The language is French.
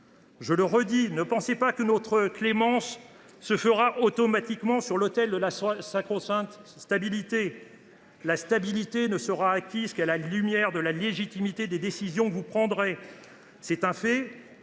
Je le redis, ne pensez pas que vous obtiendrez automatiquement notre clémence sur l’autel de la sacro sainte stabilité. La stabilité ne sera acquise qu’à la lumière de la légitimité des décisions que vous prendrez. C’est un fait :